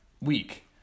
week